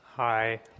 Hi